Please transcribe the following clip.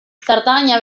zartagina